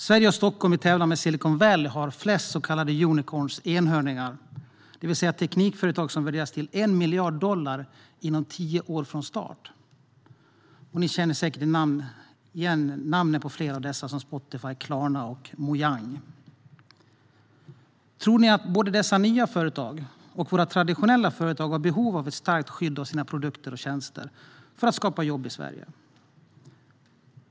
Sverige och Stockholm i tävlan med Silicon Valley har flest så kallade unicorns, enhörningar, det vill säga teknikföretag som värderas till 1 miljard dollar inom tio år från start. Ni känner säkert till namnen på flera av dessa: Spotify, Klarna och Mojang. Tror ni att både dessa nya företag och våra traditionella företag har behov av ett starkt skydd av sina produkter och tjänster för att skapa jobb i Sverige?